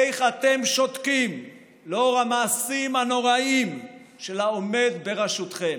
איך אתם שותקים לנוכח המעשים הנוראיים של העומד בראשותכם?